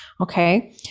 Okay